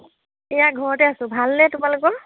এইয়া ঘৰতে আছোঁ ভালনে তোমালোকৰ